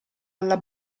alla